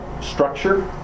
structure